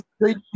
great